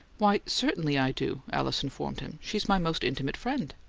why, certainly i do, alice informed him. she's my most intimate friend.